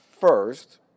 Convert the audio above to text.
first